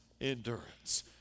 endurance